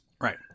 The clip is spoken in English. Right